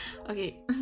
Okay